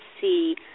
see